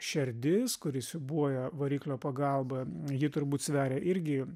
šerdis kuri siūbuoja variklio pagalba ji turbūt sveria irgi